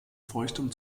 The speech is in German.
feuchtem